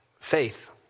faith